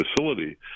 facility